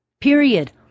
Period